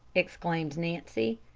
exclaimed nancy.